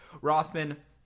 Rothman